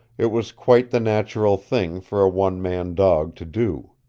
it was quite the natural thing for a one-man dog to do.